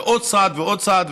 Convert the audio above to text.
ועוד צעד ועוד צעד,